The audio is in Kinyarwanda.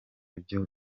byo